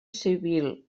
civil